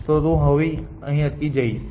તેથી હું હવે અહીં જ અટકીશ